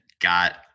got